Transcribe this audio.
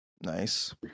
nice